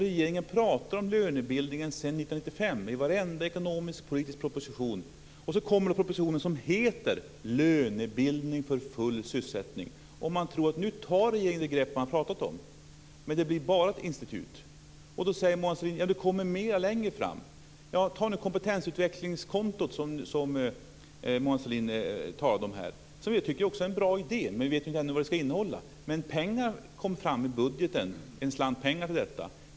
Regeringen talar sedan år 1995 om lönebildningen i varenda ekonomisk-politisk proposition. Sedan kommer propositionen som heter Lönebildning för full sysselsättning, och man tror att regeringen nu tar det grepp den talat om. Men det blir bara ett institut. Mona Sahlin säger att det kommer mer längre fram. Ta som exempel kompetensutvecklingskontot, som Mona Sahlin talade om här. Det tycker också vi är en bra idé, men vi vet ännu inte vad det ska innehålla. Det kom fram en slant pengar till detta i budgeten.